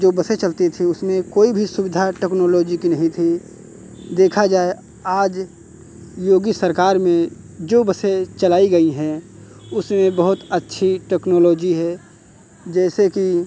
जो बसें चलती थी उसमें कोई भी सुविधा टेक्नोलॉजी की नहीं थी देखा जाए आज योगी सरकार में जो बसें चलाई गई हैं उसमें बहुत अच्छी टेक्नोलॉजी है जैसे कि